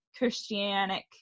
Christianic